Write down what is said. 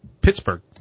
Pittsburgh